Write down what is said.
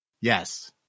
Yes